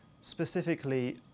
specifically